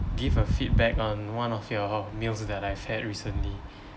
give a feedback on one of your meals that I've had recently